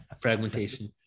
Fragmentation